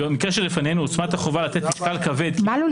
"במקרה שלפנינו עוצמת החובה לתת משקל כבד ----- מלול,